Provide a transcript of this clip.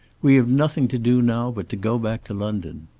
we have nothing to do now but to go back to london.